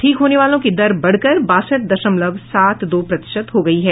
ठीक होने वालों की दर बढकर बासठ दशमलव सात दो प्रतिशत हो गई है